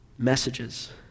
messages